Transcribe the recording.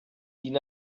din